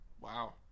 wow